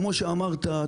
כמו שאמרת,